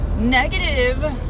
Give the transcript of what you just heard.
Negative